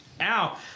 ow